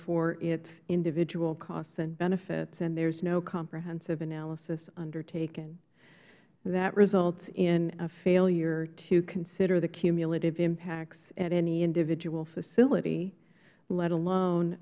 for its individual cost and benefits and there is no comprehensive analysis undertaken that results in a failure to consider the cumulative impacts at any individual facility let alone